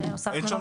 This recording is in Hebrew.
שהוספנו לו?